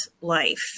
life